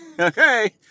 Okay